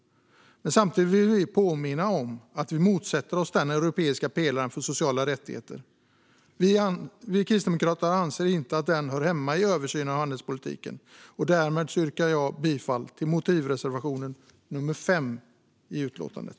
Samtidigt vill vi påminna om att vi motsätter oss den europeiska pelaren för sociala rättigheter. Vi kristdemokrater anser inte att den hör hemma i översynen av handelspolitiken. Därmed yrkar jag bifall till motivreservation 5 i utlåtandet.